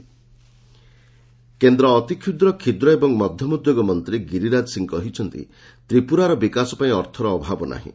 ଗିରିରାଜ ସିଂ ଏନଇ କେନ୍ଦ୍ର ଅତିକ୍ଷୁଦ୍ର କ୍ଷୁଦ୍ର ଏବଂ ମଧ୍ୟମ ଉଦ୍ୟୋଗ ମନ୍ତ୍ରୀ ଗିରିରାଜ ସିଂ କହିଛନ୍ତି ତ୍ରିପୁରାର ବିକାଶ ପାଇଁ ଅର୍ଥର ଅଭାବ ନାହିଁ